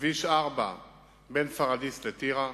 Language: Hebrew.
כביש 4 בין פורידיס לטירה,